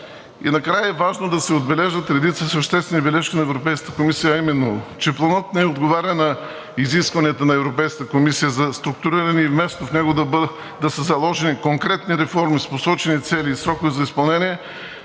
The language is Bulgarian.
И накрая е важно да се отбележат редица съществени бележки на Европейската комисия, а именно, че Планът не отговаря на изискванията на Европейската комисия за структуриране и вместо в него да са заложени конкретни реформи с посочени цели и срокове за изпълнение,